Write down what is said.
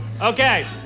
Okay